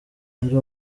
ari